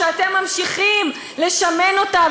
אתם ממשיכים לשמן אותה,